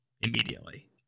immediately